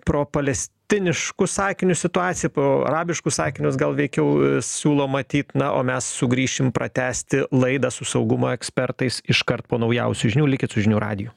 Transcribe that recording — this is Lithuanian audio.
pro palestiniškus akinius situaciją pro arabiškus akinius gal veikiau siūlo matyt na o mes sugrįšim pratęsti laidą su saugumo ekspertais iškart po naujausių žinių likit su žinių radiju